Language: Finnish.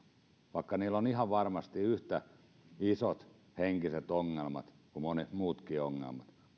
vaikka heillä on ihan varmasti yhtä isot henkiset ongelmat ja monet muutkin ongelmat